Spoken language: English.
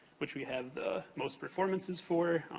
which we have the most performances for.